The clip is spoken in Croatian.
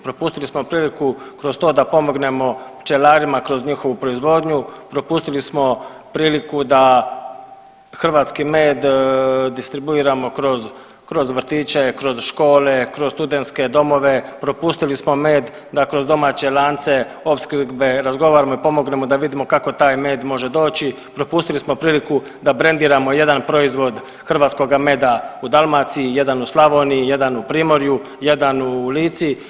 Propustili smo priliku kroz to da pomognemo pčelarima kroz njihovu proizvodnju, propustili smo priliku da hrvatski med distribuiramo kroz, kroz vrtiće, kroz škole, kroz studentske domove, propustili smo med da kroz domaće lance opskrbe razgovaramo i pomognemo da vidimo kako taj med može doći, propustili smo priliku da brendiramo jedan proizvod hrvatskoga meda u Dalmaciji, jedan u Slavoniji, jedan u Primorju, jedan u Lici.